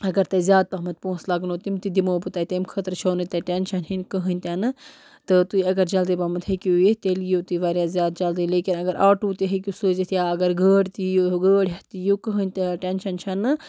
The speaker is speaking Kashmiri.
اگر تۄہہِ زیادٕ پہمتھ پونٛسہٕ لَگنو تِم تہِ دِمو بہٕ تۄہہِ تٔمۍ خٲطرٕ چھو نہٕ تۄہہِ ٹینشَن ہیٚنۍ کٕہۭنۍ تِنہٕ تہِ تُہۍ اگر جلدی پہمتھ ہیٚکِو یِتھ تیٚلہِ یِیِو تُہۍ واریاہ زیادٕ جلدی لیکن اگر آٹوٗ تہِ ہیٚکِو سوٗزِتھ یا اگر گٲڑۍ تہِ یِیہِ گٲڑی ہٮ۪تھ تہِ یِیِو کٕہۭنۍ تہِ ٹینشَن چھَنہٕ